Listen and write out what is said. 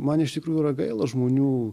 man iš tikrųjų yra gaila žmonių